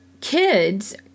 kids